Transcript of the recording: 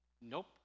nope